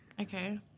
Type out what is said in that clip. Okay